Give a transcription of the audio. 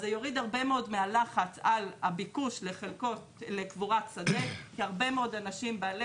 זה יוריד הרבה מאוד מהלחץ על הביקוש מקבורת שדה כי הרבה אנשים בעלי